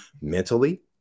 mentally